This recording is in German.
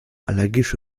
allergische